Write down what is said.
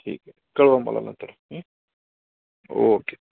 ठीक आहे कळवा मला नंतर ओके